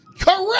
Correct